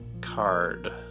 card